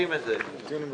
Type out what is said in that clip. אלה משרות אמון.